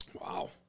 Wow